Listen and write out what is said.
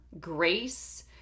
grace